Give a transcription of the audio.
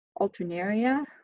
alternaria